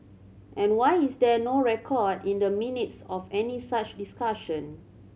and why is there no record in the Minutes of any such discussion